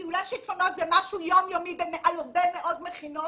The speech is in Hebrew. טיולי שיטפונות זה משהו יום יומי בהרבה מאוד מכינות.